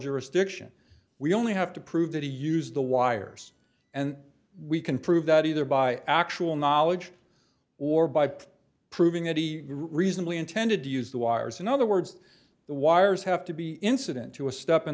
jurisdiction we only have to prove that he used the wires and we can prove that either by actual knowledge or by proving that he reasonably intended to use the wires in other words the wires have to be incident to a step in